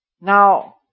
Now